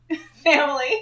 family